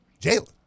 Jalen